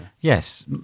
Yes